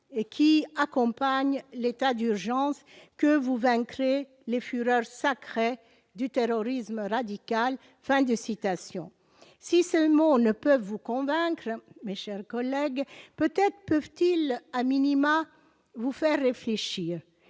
qui accompagnent l'état d'urgence que vous vaincrez les fureurs sacrées du terrorisme radical. » Si ces mots ne peuvent vous convaincre, mes chers collègues, peut-être peuvent-ils vous faire réfléchir,